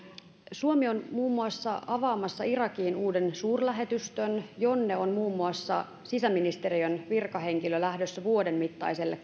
suomi on muun muassa avaamassa irakiin uuden suurlähetystön jonne on muun muassa sisäministeriön virkahenkilö lähdössä vuoden mittaiselle